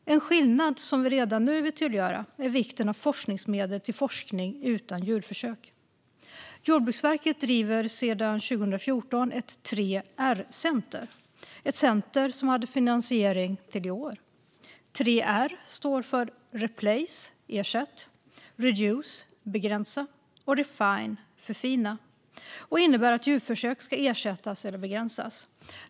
En skillnad som vi redan nu vill tydliggöra är vikten av forskningsmedel till forskning utan djurförsök. Jordbruksverket driver sedan 2014 ett 3R-center, ett center som hade finansiering fram till i år. Begreppet 3R står för replace, det vill säga ersätta, reduce, det vill säga begränsa, och refine, det vill säga förfina, och innebär att djurförsök ska ersättas eller begränsas.